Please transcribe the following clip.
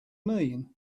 mean